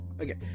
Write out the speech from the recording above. Okay